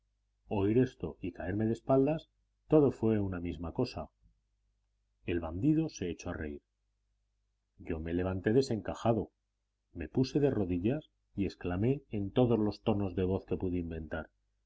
oír esto y caerme de espaldas todo fue una misma cosa el bandido se echó a reír yo me levanté desencajado me puse de rodillas y exclamé en todos los tonos de voz que pude inventar